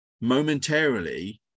momentarily